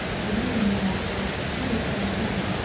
yea, o my master, he is thy son,